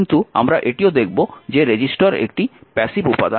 কিন্তু আমরা এটাও দেখব যে রেজিস্টার একটি প্যাসিভ উপাদান